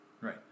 Right